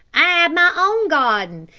i have my own garden.